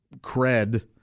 cred